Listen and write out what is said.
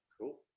cool